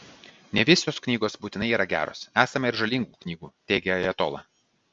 ne visos knygos būtinai yra geros esama ir žalingų knygų teigė ajatola